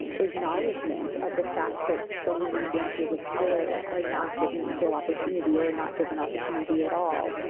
and acknowledgement of the fact that so many dancers of color are not given equal opportunity, or are not given opportunity at all,